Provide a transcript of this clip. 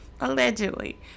allegedly